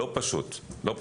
זה לא פשוט, לא פשוט.